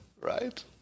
right